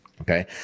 okay